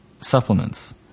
supplements